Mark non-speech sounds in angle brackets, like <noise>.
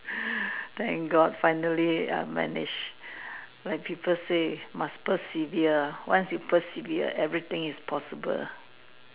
<breath> thank God finally I managed when people say must persevere ah once you persevere everything is possible